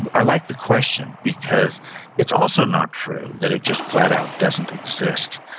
but i like the question, because it's also not true that it just flat out doesn't exist.